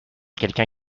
quelqu’un